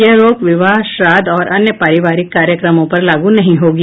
यह रोक विवाह श्राद्ध और अन्य पारिवारिक कार्यक्रमों पर लागू नहीं होगी